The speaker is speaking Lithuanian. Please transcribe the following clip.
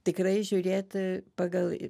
tikrai žiūrėt pagal